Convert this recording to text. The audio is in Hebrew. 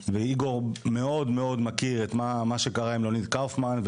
ואיגור מאוד מאוד מכיר את מה שקרה עם לאוניד קאופמן,